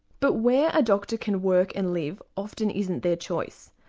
but where a doctor can work and live often isn't their choice,